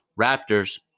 Raptors